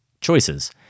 choices